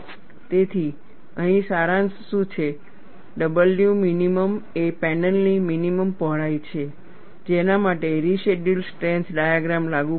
તેથી અહીં સારાંશ શું છે W મિનિમમ એ પેનલની મિનિમમ પહોળાઈ છે જેના માટે રેસિડયૂઅલ સ્ટ્રેન્થ ડાયગ્રામ લાગુ પડે છે